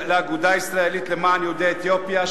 לאגודה הישראלית למען יהודי אתיופיה,